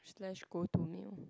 slash go to mim